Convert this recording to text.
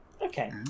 Okay